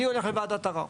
אני הולך לוועדת ערער,